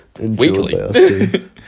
Weekly